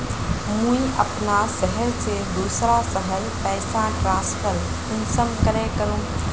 मुई अपना शहर से दूसरा शहर पैसा ट्रांसफर कुंसम करे करूम?